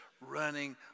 running